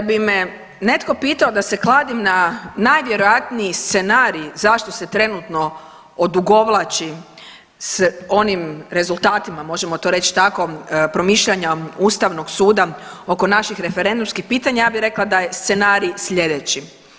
Kada bi me netko pitao da se kladim na najvjerojatniji scenarij zašto se trenutno odugovlači s onim rezultatima možemo to reć tako promišljanja ustavnog suda oko naših referendumskih pitanja ja bi rekla da je scenarij slijedeći.